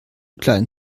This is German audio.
klein